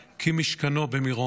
כי משכנו במירון,